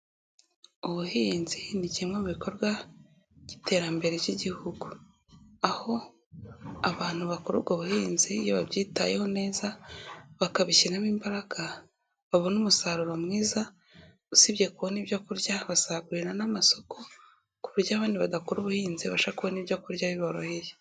Ubuhinzi ni kimwe mu bikorwa by'iterambere ry'Igihugu, aho abantu bakora ubwo buhinzi iyo babyitayeho neza bakabishyiramo imbaraga babona umusaruro mwiza, usibye kubona ibyo kurya bazagurira n'amasoko ku buryo abandi badakora iby'ubuhinzi babasha kubona ibyo kurya biboroheye.